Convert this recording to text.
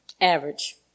average